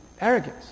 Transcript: Arrogance